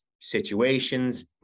situations